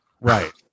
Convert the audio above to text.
right